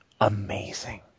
amazing